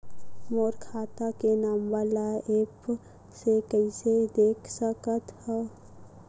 मोर खाता के नंबर ल एप्प से कइसे देख सकत हव?